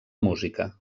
música